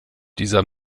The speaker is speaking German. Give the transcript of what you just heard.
dieser